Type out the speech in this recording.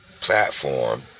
platform